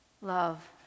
love